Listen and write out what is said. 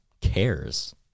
cares